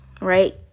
right